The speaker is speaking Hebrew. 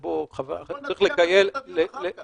אז בוא נצביע ונעשה את הדיון אחר כך.